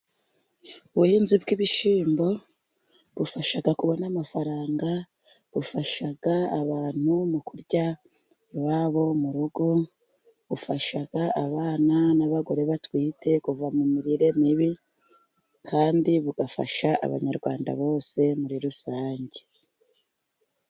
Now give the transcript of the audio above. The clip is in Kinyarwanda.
Ubuhinzi bw'ibishimbo bufasha kubona amafaranga, bufasha abantu mu kurya iwabo mu rugo, bufasha abana n'abagore batwite kuva mu mirire mibi, kandi bugafasha abanyarwanda bose muri rusange.